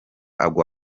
agwa